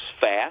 fast